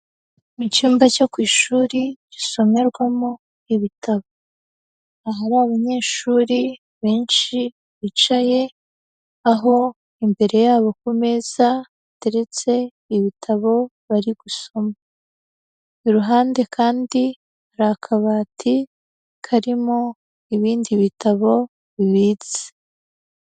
Mu cyumba cyo ku ishuri gisomerwamo ibitabo, abanyeshuri benshi bicaye aho imbere yabo ku meza hateretse ibitabo bari gusoma, iruhande kandi hari kabati karimo ibindi bitabo bibitse.